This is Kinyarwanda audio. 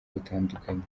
butandukanye